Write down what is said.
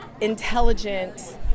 intelligent